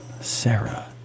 Sarah